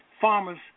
farmers